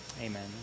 Amen